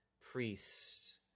priest